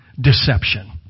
deception